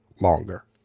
longer